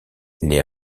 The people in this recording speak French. les